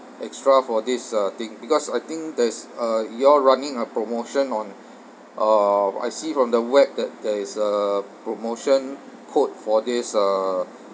extra for this uh thing because I think there's uh you all running a promotion on um I see from the web that there is a promotion code for this uh